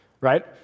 right